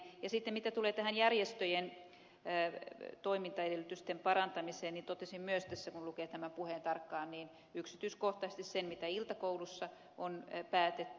ja sitten mitä tulee tähän järjestöjen toimintaedellytysten parantamiseen totesin myös tässä kun lukee tämän puheen tarkkaan yksityiskohtaisesti sen mitä iltakoulussa on päätetty